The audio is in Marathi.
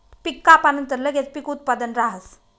पीक कापानंतर लगेच पीक उत्पादन राहस